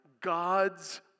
God's